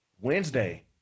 Wednesday